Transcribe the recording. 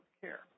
care